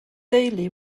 deulu